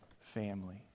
family